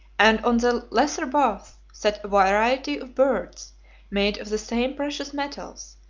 and on the lesser boughs, sat a variety of birds made of the same precious metals,